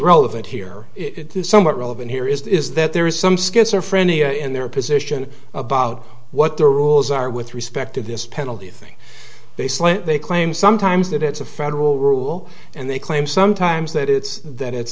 relevant here it is somewhat relevant here is that there is some schizophrenia in their position about what the rules are with respect to this penalty thing they slant they claim sometimes that it's a federal rule and they claim sometimes that it's that it's